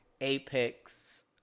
apex